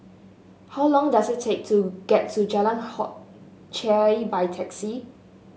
how long does it take to get to Jalan Hock Chye by taxi